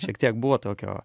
šiek tiek buvo tokio